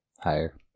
Higher